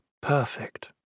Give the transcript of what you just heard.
perfect